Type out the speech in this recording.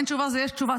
אין תשובה זה יש תשובה.